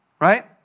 Right